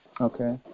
Okay